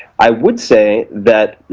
i would say that